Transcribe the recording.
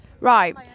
Right